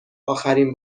اخرین